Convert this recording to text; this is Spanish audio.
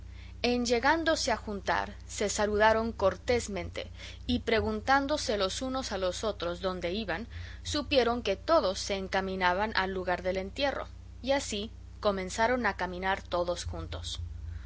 en llegándose a juntar se saludaron cortésmente y preguntándose los unos a los otros dónde iban supieron que todos se encaminaban al lugar del entierro y así comenzaron a caminar todos juntos